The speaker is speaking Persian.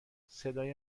صدای